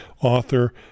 author